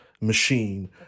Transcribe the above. machine